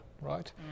right